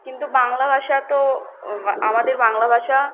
কিন্তু বাংলা ভাষা তো আমাদের বাংলা ভাষা